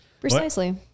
Precisely